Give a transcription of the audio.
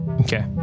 okay